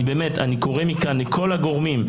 אני קורא מכאן לכל הגורמים,